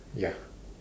ya